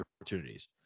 opportunities